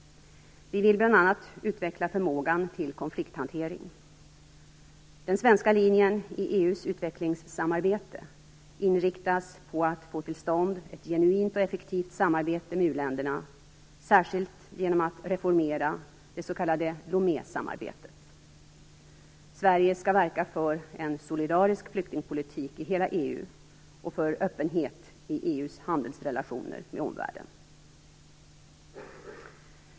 Vi vill bl.a. utveckla förmågan till konflikthantering. Den svenska linjen i EU:s utvecklingssamarbete inriktas på att få till stånd ett genuint och effektivt samarbete med uländerna, särskilt genom att reformera det s.k. Lomésamarbetet. Sverige skall verka för en solidarisk flyktingpolitik i hela EU och för öppenhet i EU:s handelsrelationer med omvärlden.